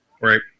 right